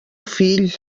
fill